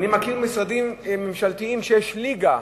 אני מכיר משרדים ממשלתיים שיש ליגה,